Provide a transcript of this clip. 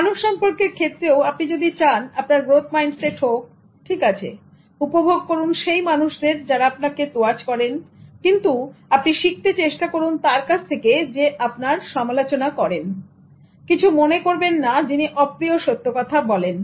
মানবসম্পর্কের ক্ষেত্রেও আপনি যদি চান আপনার গ্রোথ মাইন্ডসেট হোক ঠিক আছে উপভোগ করুন সেই মানুষদের যারা আপনাকে তোয়াজ করেন কিন্তু আপনি শিখতে চেষ্টা করুন তার কাছ থেকে যে আপনার সমালোচনা করেন কিছু মনে করবেন না যিনি অপ্রিয় সত্য কথা বলেন